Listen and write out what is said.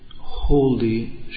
holy